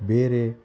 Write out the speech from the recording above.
ಬೇರೆ